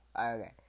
Okay